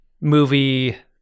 movie